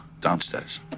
downstairs